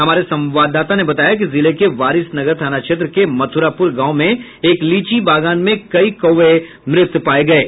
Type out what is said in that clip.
हमारे संवाददाता ने बताया कि जिले के वारिसनगर थाना क्षेत्र के मथुरापुर गांव मे एक लीची बागान में कई कौवे मृत पाये गये है